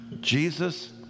Jesus